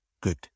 good